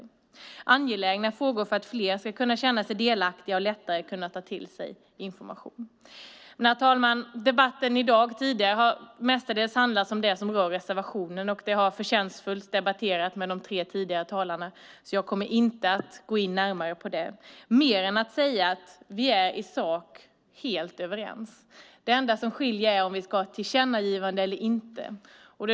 Det är angelägna frågor för att fler ska känna sig delaktiga och lättare kunna ta till sig information. Herr talman! Debatten tidigare i dag har mestadels handlat om det som rör reservationen, och det har förtjänstfullt debatterats mellan de tre tidigare talarna. Jag kommer därför inte att gå in närmare på det mer än att säga att vi i sak är helt överens. Det enda som skiljer är om vi ska ha ett tillkännagivande eller inte.